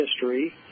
history